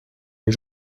les